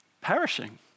perishing